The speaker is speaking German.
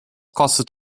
kostet